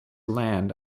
land